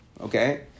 okay